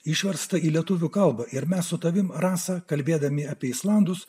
išversta į lietuvių kalbą ir mes su tavimi rasa kalbėdami apie islandus